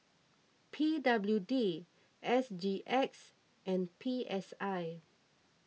P W D S G X and P S I